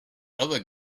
other